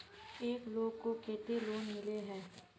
एक लोग को केते लोन मिले है?